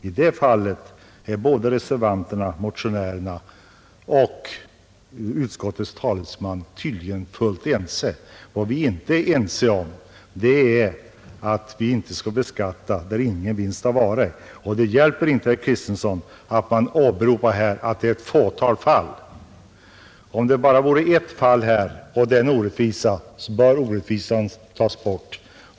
I det fallet är reservanterna, motionärerna och utskottets talesman fullt ense. Vad vi hävdar är att försäljning av fastighet inte skall beskattas när ingen vinst har uppstått. Det hjälper inte, herr Kristenson, att åberopa att det gäller ett fåtal fall. Om det så finns bara ett enda fall av orättvisa, bör orättvisan ändå tas bort.